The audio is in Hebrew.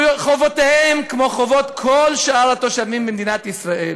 חובותיהם, כמו חובות כל שאר התושבים במדינת ישראל: